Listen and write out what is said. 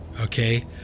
Okay